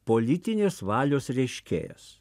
politinės valios reiškėjas